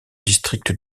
district